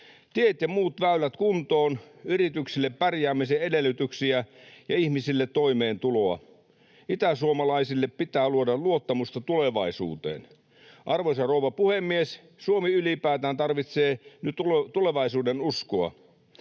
Tiet ja muut väylät kuntoon, yrityksille pärjäämisen edellytyksiä ja ihmisille toimeentuloa. Itäsuomalaisille pitää luoda luottamusta tulevaisuuteen. Arvoisa rouva puhemies! Suomi ylipäätään tarvitsee nyt tulevaisuudenuskoa.